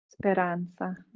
Speranza